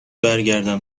برگردم